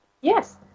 Yes